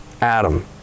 Adam